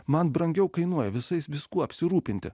man brangiau kainuoja visais viskuo apsirūpinti